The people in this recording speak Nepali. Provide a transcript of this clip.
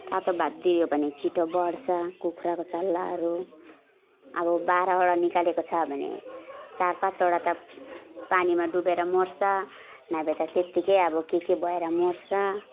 तातो भात दियो भने छिटो बढ्छ कुखुराको चल्लाहरू अब बाह्रवटा निकालेको छ भने चार पाँचवटा त पानीमा डुबेर मर्छ नभए त त्यतिकै अब के के भएर मर्छ